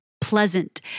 Pleasant